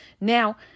Now